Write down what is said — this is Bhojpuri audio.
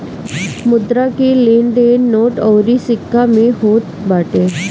मुद्रा के लेन देन नोट अउरी सिक्का में होत बाटे